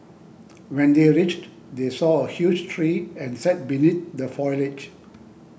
when they reached they saw a huge tree and sat beneath the foliage